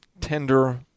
tender